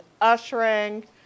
ushering